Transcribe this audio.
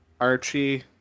Archie